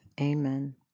Amen